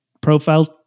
profile